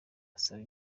basaba